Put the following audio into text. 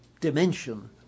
dimension